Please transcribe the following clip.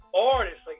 artists